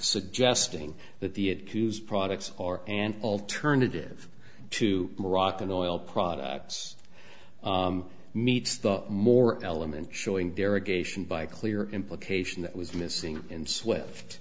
suggesting that the it koos products are an alternative to moroccan oil products meets the more element showing derogation by clear implication that was missing in swift